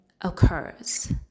occurs